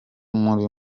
muri